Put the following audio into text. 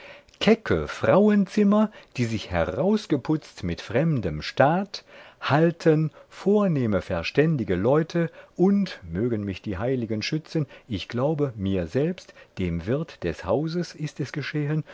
kecke frauenzimmer die sich herausgeputzt mit fremdem staat halten vor nehme verständige leute und mögen mich die heiligen schützen ich glaube mir selbst dem wirt des hauses ist es geschehen